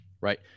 right